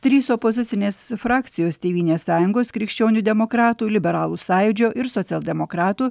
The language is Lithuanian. trys opozicinės frakcijos tėvynės sąjungos krikščionių demokratų liberalų sąjūdžio ir socialdemokratų